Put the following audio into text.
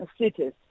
cities